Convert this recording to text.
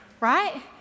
Right